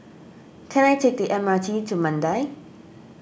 can I take the M R T to Mandai